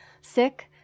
sick